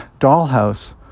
dollhouse